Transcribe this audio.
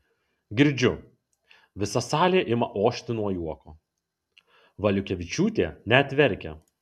girdžiu visa salė ima ošti nuo juoko valiukevičiūtė net verkia